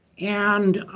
and